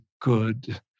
good